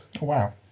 Wow